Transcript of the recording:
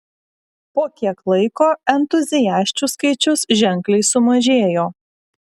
po kiek laiko entuziasčių skaičius ženkliai sumažėjo